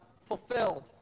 fulfilled